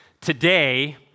today